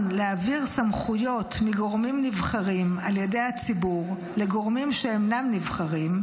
להעביר סמכויות מגורמים נבחרים על ידי הציבור לגורמים שאינם נבחרים,